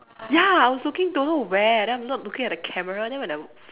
ya I was looking don't know where then I'm not looking at the camera then when I